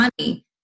money